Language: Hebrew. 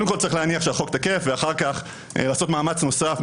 קודם כול צריך להניח שהחוק תקף ואחר כך לעשות מאמץ נוסף,